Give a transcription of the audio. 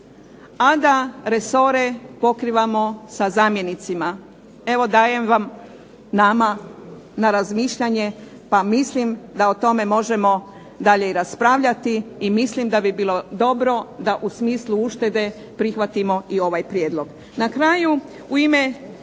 a da resore pokrivamo sa zamjenicima. Evo dajem vam, nama na razmišljanje, pa mislim da o tome možemo dalje i raspravljati i mislim da bi bilo dobro da u smislu uštede prihvatimo i ovaj prijedlog.